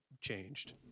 changed